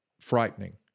frightening